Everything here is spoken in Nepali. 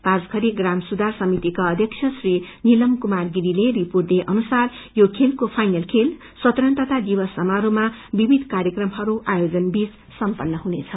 पाँचषरे ग्राम सुधार समितिका अध्यक्ष श्री निलम कुमार गिरीले रिपोेट दिए अनुसार यो खेलको फाइनल खेल स्वतंत्रता दिवस समारोहमा विविध कार्यक्रमहरू आयोजन बीच हुनेछ